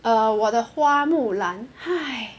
err 我的花木兰 !hais!